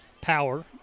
power